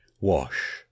wash